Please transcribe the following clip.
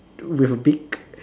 with a beak